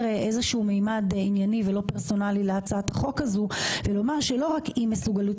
איזה שהוא ממד ענייני ולא פרסונלי להצעת החוק הזו ולומר שלא רק אי מסוגלות